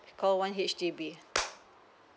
call one H_D_B